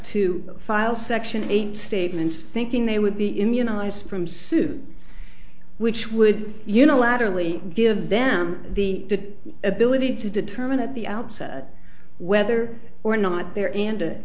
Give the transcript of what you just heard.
to file section eight statements thinking they would be immunized from suit which would unilaterally give them the ability to determine at the outset whether or not the